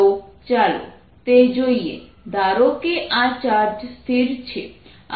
તો ચાલો તે જોઈએ ધારો કે આ ચાર્જ સ્થિર છે